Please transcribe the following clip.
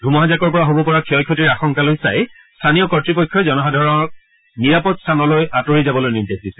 ধুমুহাজাকৰ পৰা হব পৰা ক্ষয় ক্ষতিৰ আশংকালৈ চাই স্থানীয় কৰ্ত্বপক্ষই জনসাধাৰণক নিৰাপদ স্থানলৈ আঁতৰি যাবলৈ নিৰ্দেশ দিছে